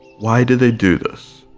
why do they do this?